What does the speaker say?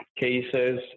cases